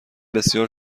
بسیار